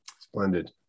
Splendid